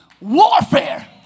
warfare